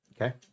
Okay